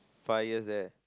fires there